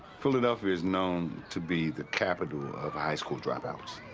philadelphia is known to be the capital of high school drop-outs.